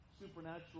supernatural